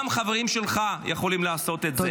גם החברים שלך יכולים לעשות את זה.